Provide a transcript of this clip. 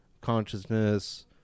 consciousness